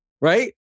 right